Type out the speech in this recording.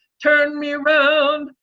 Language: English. turn me round,